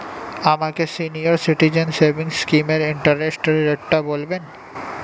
আমাকে senior citizen savings স্কিমের interest রেটটা বলবেন